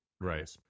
Right